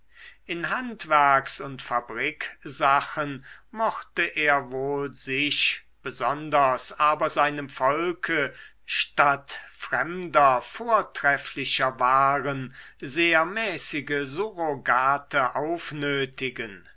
in handwerks und fabriksachen mochte er wohl sich besonders aber seinem volke statt fremder vortrefflicher waren sehr mäßige